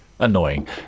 annoying